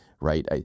right